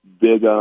big